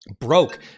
broke